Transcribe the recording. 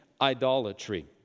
idolatry